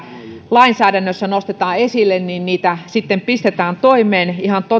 lainsäädännössä nostetaan esille sitten pistetään toimeen ihan